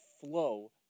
flow